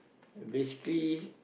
basically